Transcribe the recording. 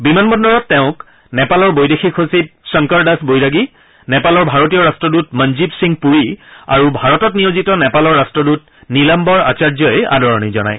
বিমান বন্দৰত তেওঁক নেপালৰ বৈদেশিক সচিব শংকৰদাস বৈৰাগী নেপালৰ ভাৰতীয় ৰট্টদূত মঞ্জিৱ সিং পুৰী আৰু ভাৰতত নিয়োজিত নেপালৰ ৰাষ্টদূত নীলাম্বৰ আচাৰ্যই আদৰণি জনায়